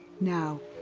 now,